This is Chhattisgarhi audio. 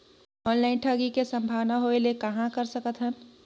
ऑनलाइन ठगी के संभावना होय ले कहां कर सकथन?